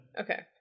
Okay